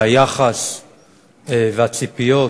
היחס והציפיות